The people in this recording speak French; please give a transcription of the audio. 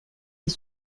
des